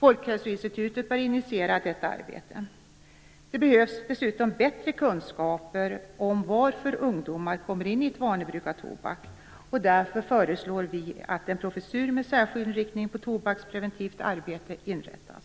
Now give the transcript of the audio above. Folkhälsoinstitutet bör initiera detta arbete. Det behövs dessutom bättre kunskaper om varför ungdomar kommer in i ett vanebruk av tobak. Därför föreslår vi att en professur med särskild inriktning på tobakspreventivt arbete inrättas.